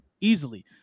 easily